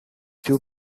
two